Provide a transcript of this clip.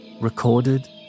recorded